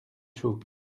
chaud